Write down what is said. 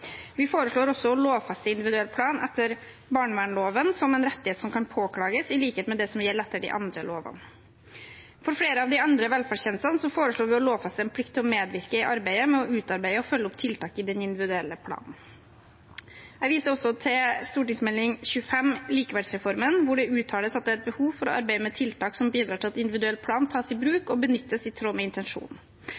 Vi foreslår også å lovfeste individuell plan etter barnevernloven som en rettighet som kan påklages, i likhet med det som gjelder etter de andre lovene. For flere av de andre velferdstjenestene foreslår vi å lovfeste en plikt til å medvirke i arbeidet med å utarbeide og følge opp tiltak i den individuelle planen. Jeg viser også til Meld. St. 25 for 2020–2021, Likeverdsreformen, hvor det uttales at det er behov for å arbeide med tiltak som bidrar til at individuell plan tas i bruk